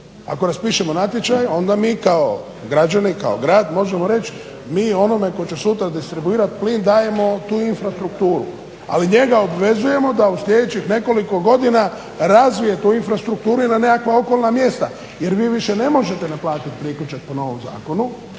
ako raspišemo natječaj, onda mi kao građani, kao grad možemo reći, mi onome tko će sutra distribuirati plin dajemo tu infrastrukturu ali njega obvezujemo da u sljedećih nekoliko godina razvije tu infrastrukturu i na nekakva okolna mjesta jer vi više ne možete naplatiti priključak po novom zakonu,